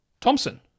Thompson